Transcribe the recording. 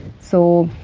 so,